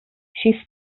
she